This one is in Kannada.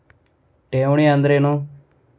ಠೇವಣಿ ಅಂದ್ರೇನು?